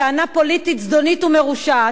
טענה פוליטית זדונית ומרושעת,